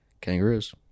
kangaroos